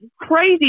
crazy